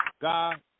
God